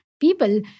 people